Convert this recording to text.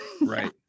right